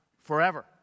forever